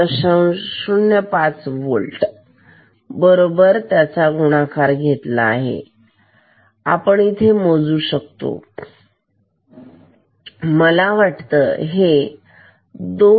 05 होल्ट बरोबर घेतलेला गुणाकार आहे तर आपण मोजू शकतो ही किती आहे मला वाटतं हे 2